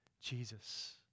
Jesus